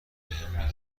بهم